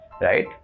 right